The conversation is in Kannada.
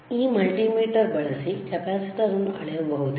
ಈ ಮಲ್ಟಿಮೀಟರ್ ಬಳಸಿ ಕೆಪಾಸಿಟರ್ ಅನ್ನು ಅಳೆಯಬಹುದೇ